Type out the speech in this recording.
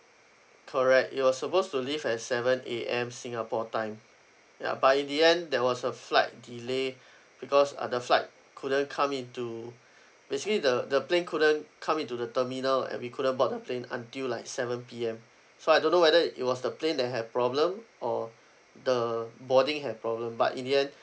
correct it was supposed to leave at seven A_M singapore time ya but in the end there was a flight delay because uh the flight couldn't come into basically the the plane couldn't come into the terminal and we couldn't board the plane until like seven P_M so I don't know whether it it was the plane that have problem or the boarding have problem but in the end